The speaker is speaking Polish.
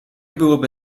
byłoby